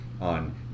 on